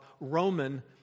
Roman